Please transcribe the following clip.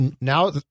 now